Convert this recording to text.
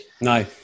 No